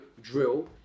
drill